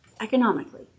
Economically